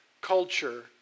culture